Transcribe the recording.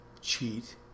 cheat